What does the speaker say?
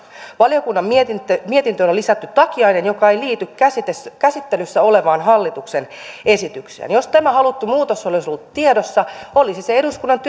valiokunnan mietintöön on lisätty takiainen joka ei liity käsittelyssä käsittelyssä olevaan hallituksen esitykseen jos tämä haluttu muutos olisi ollut tiedossa olisi se eduskunnan